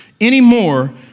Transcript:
anymore